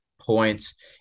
points